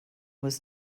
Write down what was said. was